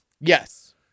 Yes